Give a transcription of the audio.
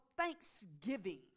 thanksgiving